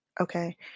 Okay